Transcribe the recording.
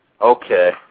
Okay